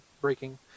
breaking